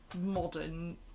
modern